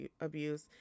abuse